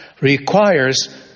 requires